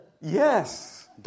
Yes